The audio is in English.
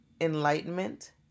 enlightenment